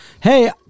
hey